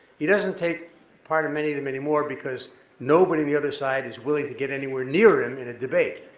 he doesn't take part in many of them anymore because nobody on the other side is willing to get anywhere near him in a debate.